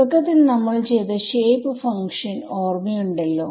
തുടക്കത്തിൽ നമ്മൾ ചെയ്ത ഷേപ്പ് ഫങ്ക്ഷൻ ഓർമയുണ്ടല്ലോ